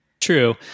true